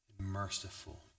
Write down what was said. merciful